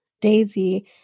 Daisy